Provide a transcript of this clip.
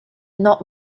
not